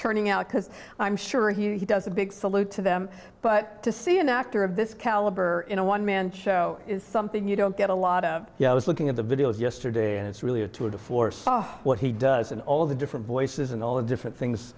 turning out because i'm sure he does a big salute to them but to see an actor of this caliber in a one man show is something you don't get a lot of yeah i was looking at the videos yesterday and it's really a tour de force what he does and all the different voices and all the different things